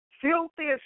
filthy